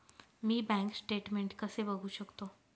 मी bank statement कसे बघू शकतो?